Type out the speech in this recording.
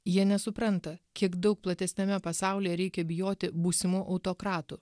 jie nesupranta kiek daug platesniame pasaulyje reikia bijoti būsimų autokratų